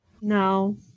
No